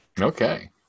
Okay